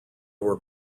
were